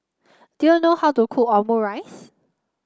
do you know how to cook Omurice